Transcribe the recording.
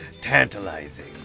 Tantalizing